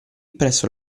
presso